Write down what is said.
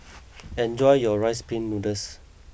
enjoy your Rice Pin Noodles